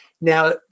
Now